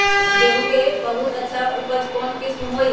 गेंहू के बहुत अच्छा उपज कौन किस्म होई?